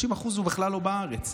30% הוא בכלל לא בארץ.